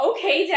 Okay